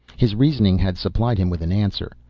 his reasoning had supplied him with an answer,